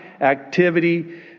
activity